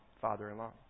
father-in-law